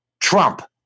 Trump